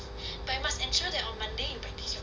but you must ensure on monday that you practice